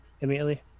immediately